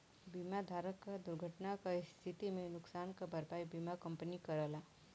बीमा धारक क दुर्घटना क स्थिति में नुकसान क भरपाई बीमा कंपनी करला